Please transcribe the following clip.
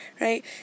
right